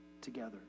together